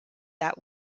that